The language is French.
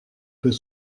peut